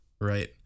Right